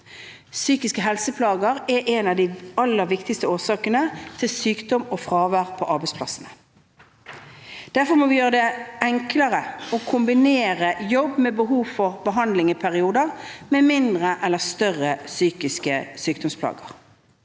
Psykiske helseplager er en av de aller viktigste årsakene til sykdom og fravær på arbeidsplassen. Derfor må vi gjøre det enklere å kombinere jobb med behov for behandling i perioder med mindre eller større psykiske sykdomsplager.